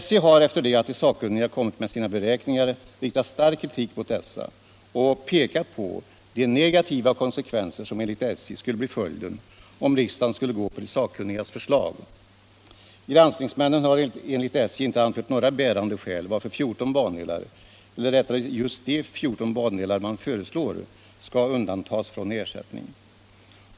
SJ har efter det att de sakkunniga lagt fram sina beräkningar riktat stark kritik mot dessa och pekat på de negativa konsekvenser som enligt SJ skulle framträda, om riksdagen skulle följa de sakkunnigas förslag. Granskningsmännen har enligt SJ inte anfört några bärande skäl till att 14 bandelar, eller rättare sagt just de 14 bandelar som man föreslår, skall undantas från ersättning.